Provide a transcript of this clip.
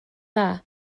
dda